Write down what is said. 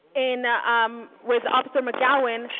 and um with officer mcgowan,